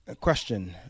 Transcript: question